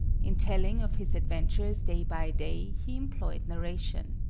in telling of his adventures day by day he employed narration.